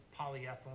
polyethylene